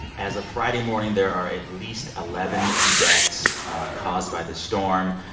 as of friday morning, there are at least eleven deaths caused by this storm,